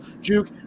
juke